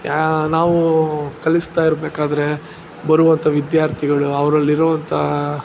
ಯಾ ನಾವು ಕಲಿಸ್ತಾ ಇರಬೇಕಾದ್ರೆ ಬರುವಂತ ವಿದ್ಯಾರ್ಥಿಗಳು ಅವರಲ್ಲಿರುವಂತಹ